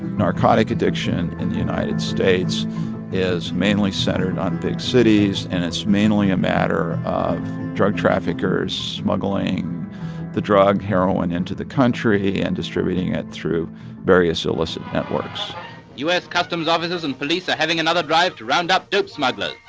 narcotic addiction in the united states is mainly centered on big cities and it's mainly a matter of drug traffickers smuggling the drug, heroin, into the country and distributing it through various illicit networks u s. customs officers and police are having another drive to round up dope smugglers.